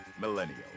millennial